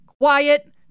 Quiet